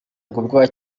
ubwoba